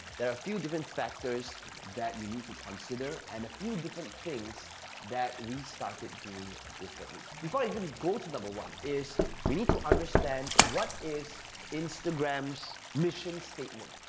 there are a few different factors that you need to consider and a few different things that we started doing differently. before we even go to number one, is we need to understand what is instagram's mission statement?